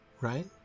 right